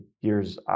years